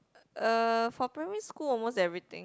uh for primary school almost everything